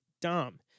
dom